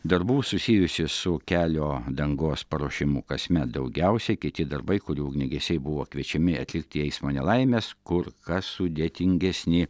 darbų susijusių su kelio dangos paruošimu kasmet daugiausiai kiti darbai kurių ugniagesiai buvo kviečiami atlikti eismo nelaimes kur kas sudėtingesni